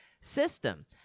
system